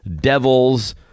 Devils